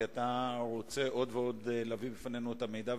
כי אתה רוצה עוד ועוד להביא בפנינו את המידע,